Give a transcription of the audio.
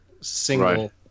single